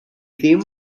ddim